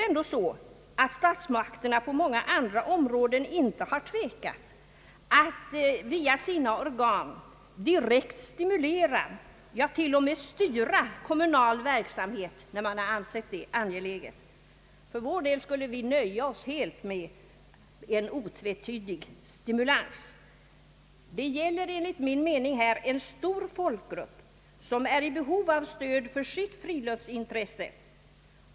På många andra områden har statsmakterna inte tvekat att via sina organ direkt stimulera, ja till och med styra, kommunal verksamhet när man ansett detta angeläget. För vår del skulle vi här nöja oss med en otvetydig stimulans. Det gäller enligt min mening en stor folkgrupp, som är i behov av stöd för sitt friluftsintresse.